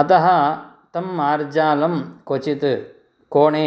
अतः तं मार्जालं क्वचित् कोणे